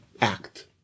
act